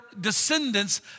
descendants